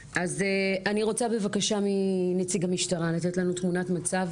אני רוצה בבקשה מנציגת המשטרה לתת לנו תמונת מצב